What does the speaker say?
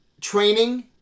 training